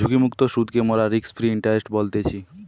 ঝুঁকিমুক্ত সুদকে মোরা রিস্ক ফ্রি ইন্টারেস্ট বলতেছি